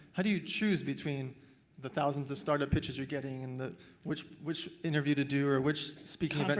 how do you choose between the thousands of startup pitches you're getting and the which which interview to do or which speaking event but to